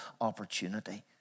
opportunity